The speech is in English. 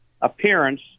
appearance